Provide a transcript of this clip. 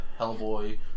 Hellboy